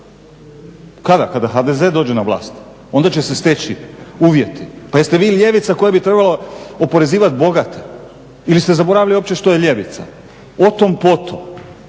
Kada? Kada HDZ dođe na vlast? Onda će se steći uvjeti. Pa jeste vi ljevica koja bi trebala oporezivati bogate? Ili ste zaboravili uopće što je ljevica? O tom, potom.